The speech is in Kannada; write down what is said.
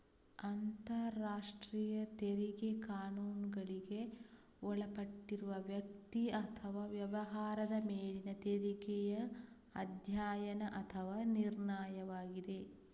ಅಂತರರಾಷ್ಟ್ರೀಯ ತೆರಿಗೆ ಕಾನೂನುಗಳಿಗೆ ಒಳಪಟ್ಟಿರುವ ವ್ಯಕ್ತಿ ಅಥವಾ ವ್ಯವಹಾರದ ಮೇಲಿನ ತೆರಿಗೆಯ ಅಧ್ಯಯನ ಅಥವಾ ನಿರ್ಣಯವಾಗಿದೆ